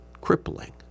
crippling